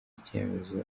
icyemezo